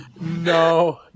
No